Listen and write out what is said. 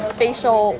facial